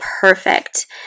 perfect